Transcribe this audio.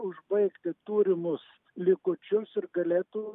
užbaigti turimus likučius ir galėtų